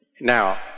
Now